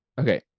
okay